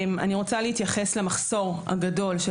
אני רוצה להתייחס למחסור הגדול של